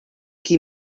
qui